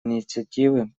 инициативы